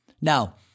Now